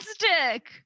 fantastic